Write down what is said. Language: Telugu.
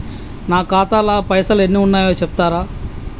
నా ఖాతా లా పైసల్ ఎన్ని ఉన్నాయో చెప్తరా?